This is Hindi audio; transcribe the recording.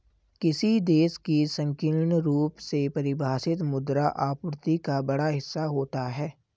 किसी देश की संकीर्ण रूप से परिभाषित मुद्रा आपूर्ति का बड़ा हिस्सा होता है